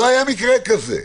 לא היה מקרה כזה.